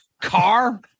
car